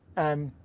and